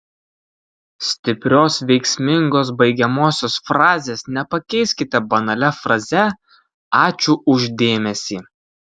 stiprios veiksmingos baigiamosios frazės nepakeiskite banalia fraze ačiū už dėmesį